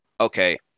okay